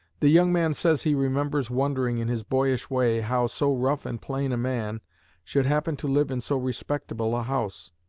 the young man says he remembers wondering in his boyish way how so rough and plain a man should happen to live in so respectable a house.